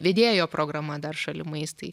vedėjo programa dar šalimais tai